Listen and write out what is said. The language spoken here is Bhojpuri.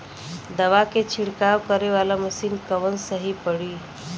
दवा के छिड़काव करे वाला मशीन कवन सही पड़ी?